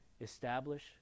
establish